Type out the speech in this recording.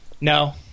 No